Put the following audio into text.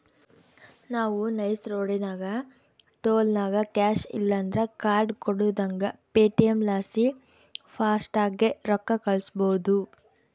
ನಾವು ನೈಸ್ ರೋಡಿನಾಗ ಟೋಲ್ನಾಗ ಕ್ಯಾಶ್ ಇಲ್ಲಂದ್ರ ಕಾರ್ಡ್ ಕೊಡುದಂಗ ಪೇಟಿಎಂ ಲಾಸಿ ಫಾಸ್ಟಾಗ್ಗೆ ರೊಕ್ಕ ಕಳ್ಸ್ಬಹುದು